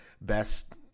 best